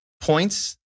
points